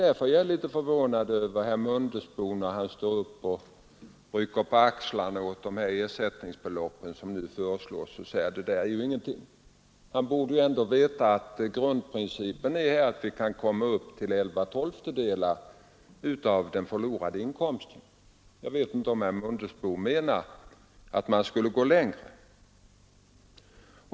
Därför är jag litet förvånad över herr Mundebo när han står upp och rycker på axlarna åt de ersättningsbelopp som nu föreslås skall gälla i kassorna och säger att det där är ju ingenting. Han borde ändå veta att grundprincipen är att vi skall komma upp högst till 11/12 av den förlorade inkomsten. Jag vet inte om herr Mundebo menar att man skulle gå längre.